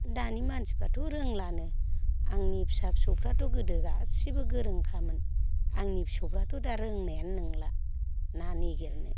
दानि मानसिफ्राथ' रोंलानो आंनि फिसा फिसौफ्राथ' गोदो गासिबो गोरोंखामोन आंनि फिसौफ्राथ' दा रोंनायानो नोंला ना नागिरनो